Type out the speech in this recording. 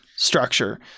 structure